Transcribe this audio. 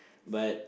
but